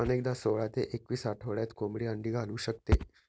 अनेकदा सोळा ते एकवीस आठवड्यात कोंबडी अंडी घालू शकते